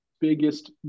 biggest